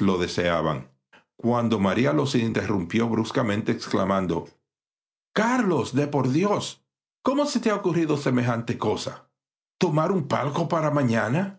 lo deseaban cuando maría los interrumpió bruscamente exclamando carlos por dios cómo se te ha ocurrido semejante cosa tomar un palco para mañana